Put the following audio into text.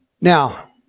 Now